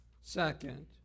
second